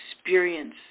experience